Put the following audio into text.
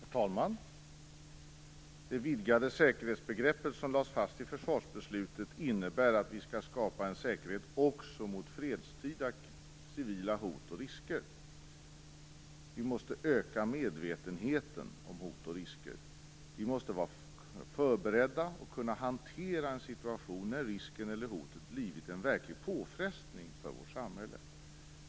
Herr talman! Det vidgade säkerhetsbegrepp som lades fast i försvarsbeslutet innebär att vi skall skapa en säkerhet också mot fredstida civila hot och risker. Vi måste öka medvetenheten om hot och risker. Vi måste vara förberedda och kunna hantera en situation när risken eller hotet blivit en verklig påfrestning för vårt samhälle.